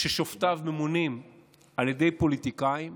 ששופטיו ממונים על ידי פוליטיקאים